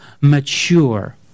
mature